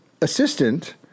assistant